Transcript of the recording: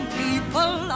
people